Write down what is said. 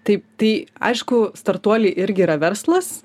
taip tai aišku startuoliai irgi yra verslas